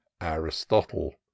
aristotle